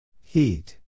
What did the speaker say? Heat